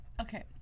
Okay